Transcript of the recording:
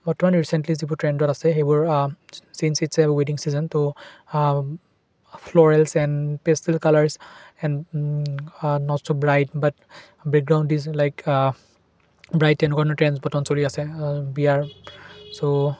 বৰ্তমান ৰিচেণ্টলি যিবোৰ ট্ৰেণ্ডত আছে সেইবোৰ ছিনচ ইটচ এ ৱেডিং ছিজন ত' florals and pastel colours and not so bright but background is like bright তেনেকুৱা ধৰণৰ ট্ৰেণ্ড বৰ্তমান চলি আছে বিয়াৰ চ'